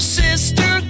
sister